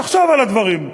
תחשוב על הדברים,